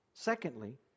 Secondly